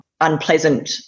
unpleasant